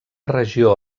regió